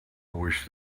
wish